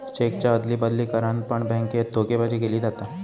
चेकच्या अदली बदली करान पण बॅन्केत धोकेबाजी केली जाता